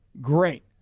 great